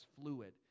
fluid